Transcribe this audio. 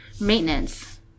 Maintenance